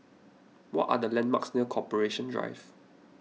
what are the landmarks near Corporation Drive